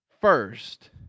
first